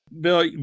Bill